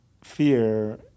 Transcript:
fear